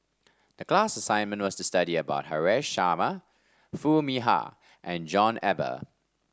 the class assignment was to study about Haresh Sharma Foo Mee Har and John Eber